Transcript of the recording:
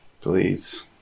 Please